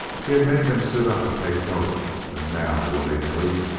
he had made them sit up and take notice, and now, willy-nilly,